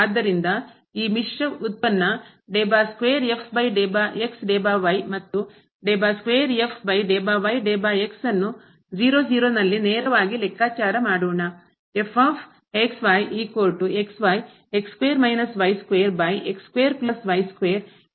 ಆದ್ದರಿಂದ ಈ ಮಿಶ್ರ ವ್ಯುತ್ಪನ್ನ and ವನ್ನು ನಲ್ಲಿ ಮೂಲದಲ್ಲಿ ನೇರವಾಗಿ ಲೆಕ್ಕಾಚಾರ ಮಾಡೋಣ